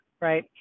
right